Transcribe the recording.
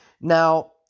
Now